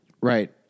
Right